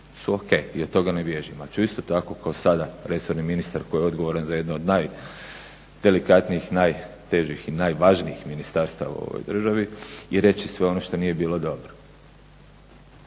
su o.k. i od toga ne bježimo, al ću isto tako ko sada i resorni ministar koji je odgovoran za jednu od najdelikatnijih i najtežih i najvažnijih ministarstava u ovoj državi reći i sve ono što nije bilo dobro.